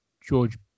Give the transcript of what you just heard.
George